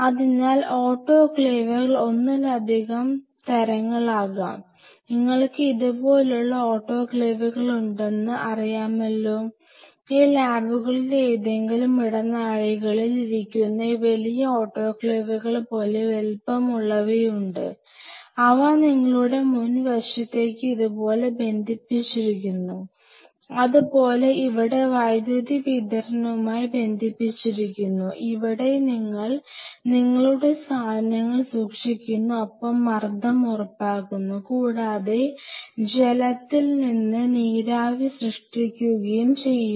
അതിനാൽ ഓട്ടോക്ലേവുകൾ ഒന്നിലധികം തരങ്ങളാകാം നിങ്ങൾക്ക് ഇതുപോലുള്ള ഓട്ടോക്ലേവുകൾ ഉണ്ടെന്ന് നിങ്ങൾക്കറിയാമല്ലോ ഈ ലാബുകളിലേതെങ്കിലും ഇടനാഴികളിൽ ഇരിക്കുന്ന ഈ വലിയ ഓട്ടോക്ലേവുകൾ പോലെ വലുപ്പമുള്ളവയുണ്ട് അവ നിങ്ങളുടെ മുൻവശത്തേക്ക് ഇതുപോലെ ബന്ധിപ്പിച്ചിരിക്കുന്നു അതുപോലെ ഇവിടെ വൈദ്യുതി വിതരണവുമായി ബന്ധിപ്പിച്ചിരിക്കുന്നു ഇവിടെ നിങ്ങൾ നിങ്ങളുടെ സാധനങ്ങൾ സൂക്ഷിക്കുന്നു ഒപ്പം മർദ്ദംഉറപ്പാക്കുന്നു കൂടാതെ ജലത്തിൽ നിന്ന് നീരാവി സൃഷ്ടിക്കുകയും ചെയ്യുന്നു